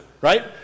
right